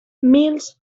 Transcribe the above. mills